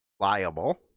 liable